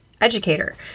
educator